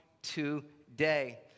today